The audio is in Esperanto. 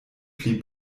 pli